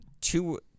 two